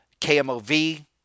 KMOV